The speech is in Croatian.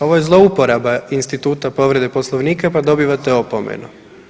Ovo je zlouporaba instituta povrede Poslovnika, pa dobivate opomenu.